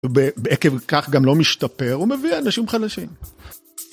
עקב כך גם לא משתפר, הוא מביא אנשים חלשים.